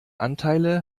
anteile